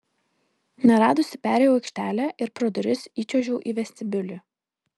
neradusi perėjau aikštelę ir pro duris įčiuožiau į vestibiulį